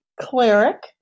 cleric